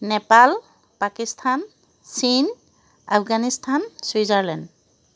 Nepal Pakistan China Afghanistan Switzerland